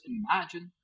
imagine